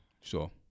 Sure